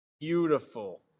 Beautiful